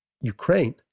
Ukraine